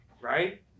right